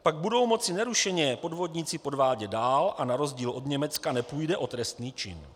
Pak budou moci nerušeně podvodníci podvádět dál a na rozdíl od Německa nepůjde o trestný čin.